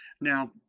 Now